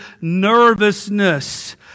nervousness